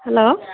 hello